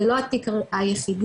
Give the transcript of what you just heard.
זה לא התיק היחידי,